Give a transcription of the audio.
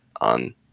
on